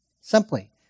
Simply